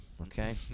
okay